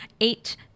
eight